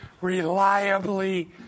reliably